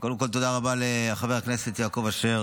קודם כול תודה רבה לחבר הכנסת יעקב אשר